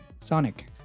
Sonic